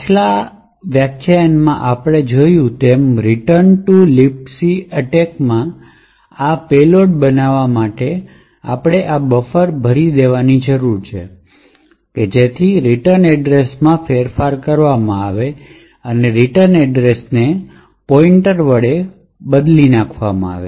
પાછલા વ્યાખ્યાનમાં આપણે જોયું તેમ રીટર્ન ટુ libc એટેક માટે આ પેલોડ બનાવવા માટે આપણને બફર ભરવાની જરૂર છે જેથી રીટર્ન એડ્રેસમાં ફેરફાર કરવામાં આવે અને રીટર્ન એડ્રેસને પોઇન્ટર વડે ફેરફાર કરવામાં આવે